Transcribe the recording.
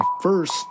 first